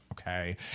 Okay